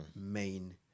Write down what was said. main